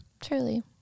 truly